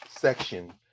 section